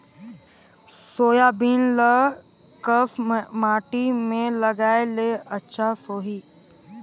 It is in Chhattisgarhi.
सोयाबीन ल कस माटी मे लगाय ले अच्छा सोही?